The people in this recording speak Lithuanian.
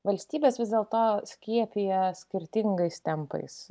valstybės vis dėlto skiepija skirtingais tempais